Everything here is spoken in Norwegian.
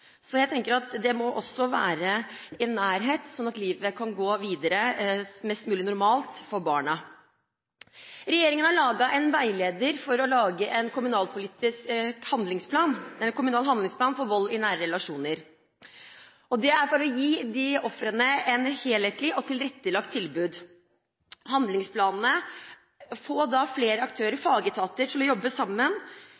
Jeg tenker at det må være en nærhet, slik at livet kan gå videre mest mulig normalt for barna. Regjeringen har laget en veileder for å lage en kommunal handlingsplan for vold i nære relasjoner. Det er for å gi ofrene et helhetlig og tilrettelagt tilbud. Handlingsplanene og det å få flere